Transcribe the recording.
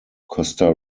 costa